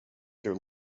their